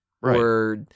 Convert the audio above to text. Right